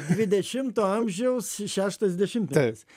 dvidešimto amžiaus šeštas dešimtmetis